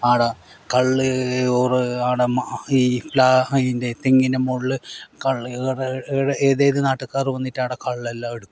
ആടെ കള്ള് ഓര് ആടെ ഈ പ്ലാ ഈൻ്റെ തെങ്ങിൻ്റെ മുകളിൽ കള്ള് ഇതെയ്ത് നാട്ടുകാർ വന്നിട്ട് ആടെ കള്ളെല്ലാം എടുക്കും